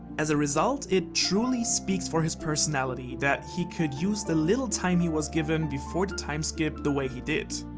as a result, it truly speaks for his personality that he could use the little time he was given before the time skip the way he did.